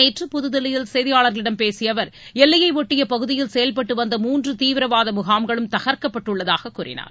நேற்று புதுதில்லியில் செய்தியாளர்களிடம் பேசிய அவர் எல்லையை ஒட்டிய பகுதியில் செயல்பட்டு வந்த மூன்று தீவிரவாத முகாம்களும் தகர்க்கப்பட்டுள்ளதாக கூறினார்